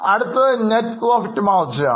അടുത്തത് net profit margin ആണ്